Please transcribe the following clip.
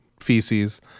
feces